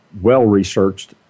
well-researched